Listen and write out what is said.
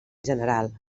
general